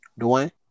Dwayne